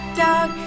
dog